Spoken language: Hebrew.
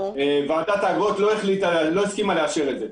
ועדת האגרות לא הסכימה לאשר את זה.